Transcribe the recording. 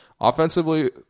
Offensively